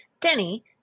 Denny